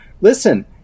Listen